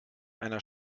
einer